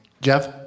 Jeff